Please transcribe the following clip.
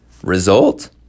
Result